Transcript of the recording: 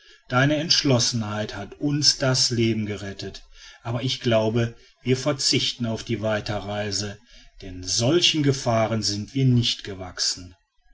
deine entschlossenheit hat uns das leben gerettet aber ich glaube wir verzichten auf die weiterreise denn solchen gefahren sind wir nicht gewachsen